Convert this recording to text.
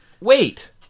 wait